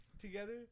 together